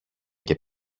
και